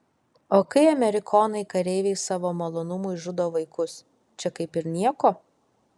o kai amerikonai kareiviai savo malonumui žudo vaikus čia kaip ir nieko